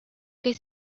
que